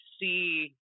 see